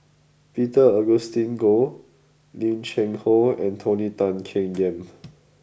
Peter Augustine Goh Lim Cheng Hoe and Tony Tan Keng Yam